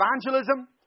evangelism